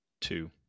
Two